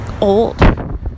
old